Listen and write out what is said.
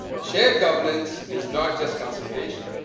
shared governance is not just consultation.